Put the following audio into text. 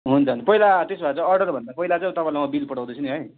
हुन्छ हुन्छ पहिला त्यसो भए चाहिँ अर्डर भन्दा पहिला चाहिँ तपाईँलाई म बिल पठाउँदैछु नि है